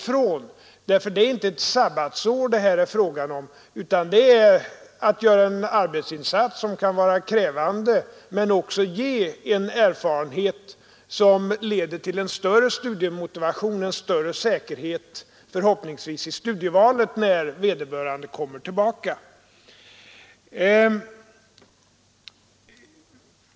Det är nämligen inte fråga om ett sabbatsår i detta sammanhang utan det är fråga om att göra en arbetsinsats som kan vara krävande men som också kan ge en erfarenhet som leder till en större studiemotivation och förhoppningsvis en större säkerhet i studievalet när vederbörande kommer tillbaka.